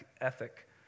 ethic